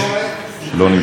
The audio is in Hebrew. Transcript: לא נמצא כאן.